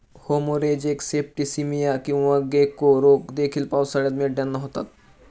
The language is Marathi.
हेमोरेजिक सेप्टिसीमिया किंवा गेको रोग देखील पावसाळ्यात मेंढ्यांना होतो